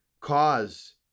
cause